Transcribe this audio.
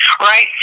right